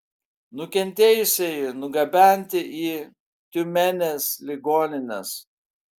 nukentėjusieji nugabenti į tiumenės ligonines